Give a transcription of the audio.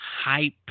hype